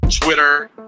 Twitter